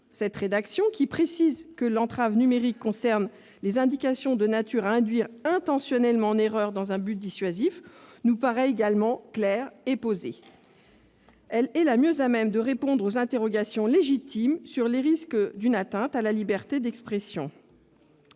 Cette rédaction, qui précise que l'entrave numérique concerne les indications de nature à induire intentionnellement en erreur dans un but dissuasif, nous paraît à la fois claire et posée. Elle est la mieux à même de répondre aux interrogations légitimes quant aux risques d'une atteinte à la liberté d'expression.